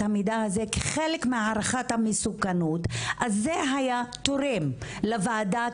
המידע כחלק מהערכת המסוכנות אז זה היה תורם כן לוועדה